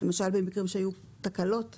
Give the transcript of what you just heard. למשל במקרים שהיו תקלות וכו'.